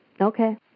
Okay